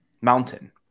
Mountain